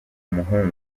umuhungu